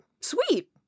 sweet